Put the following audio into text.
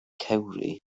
cewri